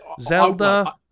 Zelda